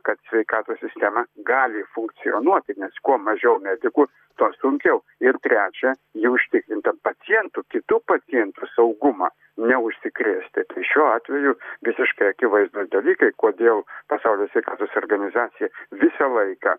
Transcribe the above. kad sveikatos sistema gali funkcionuoti nes kuo mažiau medikų tuo sunkiau ir trečia ji užtikrinta pacientų kitų pacientų saugumą neužsikrėsti tai šiuo atveju visiškai akivaizdūs dalykai kodėl pasaulio sveikatos organizacija visą laiką